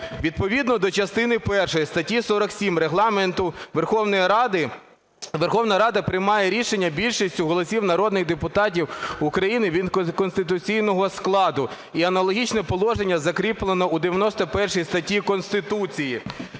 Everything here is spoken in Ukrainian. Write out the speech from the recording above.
Відповідно до частини першої статті 47 Регламенту Верховної Ради, Верховна Рада приймає рішення більшістю голосів народних депутатів України від конституційного складу і аналогічне положення закріплено у 91 статті Конституції.